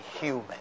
human